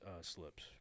slips